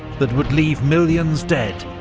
that would leave millions dead,